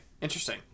interesting